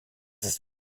ist